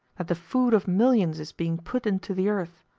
that the food of millions is being put into the earth.